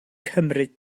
cymryd